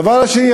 הדבר השני,